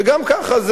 וגם ככה,